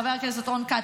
חבר הכנסת רון כץ,